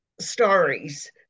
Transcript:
stories